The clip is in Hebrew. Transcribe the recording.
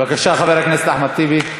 בבקשה, חבר הכנסת אחמד טיבי.